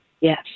yes